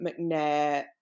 McNair